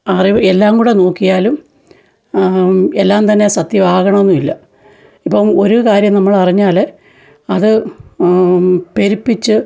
അറിവ് എല്ലാങ്കൂടെ നോക്കിയാലും എല്ലാംതന്നെ സത്യമാകണമെന്നുമില്ല ഇപ്പോള് ഒരു കാര്യം നമ്മളറിഞ്ഞാല് അത് പെരുപ്പിച്ച്